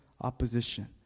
opposition